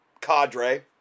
cadre